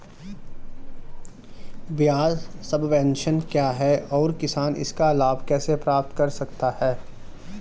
ब्याज सबवेंशन क्या है और किसान इसका लाभ कैसे प्राप्त कर सकता है?